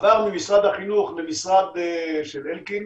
עבר ממשרד החינוך למשרד של אלקין,